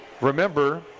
remember –